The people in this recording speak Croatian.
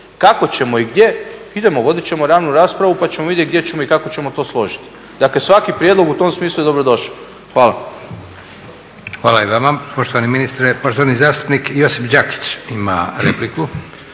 Kako ćemo i gdje, idemo, vodit ćemo javnu raspravu pa ćemo vidjeti gdje ćemo i kako ćemo to složiti. Dakle, svaki prijedlog u tom smislu je dobro došao. Hvala. **Leko, Josip (SDP)** Hvala i vama poštovani ministre. Poštovani zastupnik Josip Đakić ima repliku.